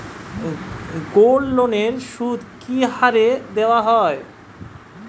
গোল্ডলোনের সুদ কি হারে দেওয়া হয়?